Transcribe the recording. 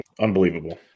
Unbelievable